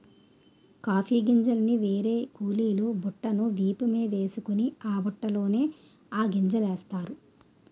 coffee గింజల్ని ఏరే కూలీలు బుట్టను వీపు మీదేసుకొని ఆ బుట్టలోన ఆ గింజలనేస్తారు